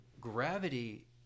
gravity